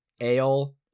ale